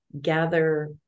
gather